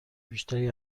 بیشتری